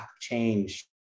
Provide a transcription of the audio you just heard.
change